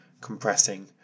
compressing